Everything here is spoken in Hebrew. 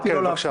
בבקשה.